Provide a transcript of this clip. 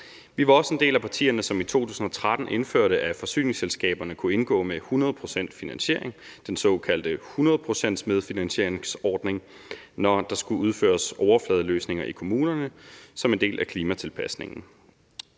Vi var også et af de partier, som i 2013 indførte, at forsyningsselskaberne kunne indgå med 100 pct. finansiering, den såkaldte 100-procentsmedfinansieringsordning, når der skulle udføres overfladeløsninger i kommunerne som en del af klimatilpasningen.